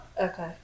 Okay